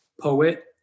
poet